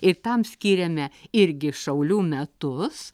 ir tam skyrėme irgi šaulių metus